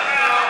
שנייה, דקה.